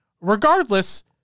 Regardless